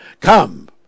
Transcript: come